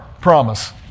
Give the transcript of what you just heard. promise